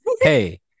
hey